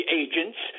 agents